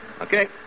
Okay